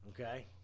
Okay